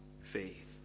faith